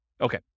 Okay